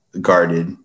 guarded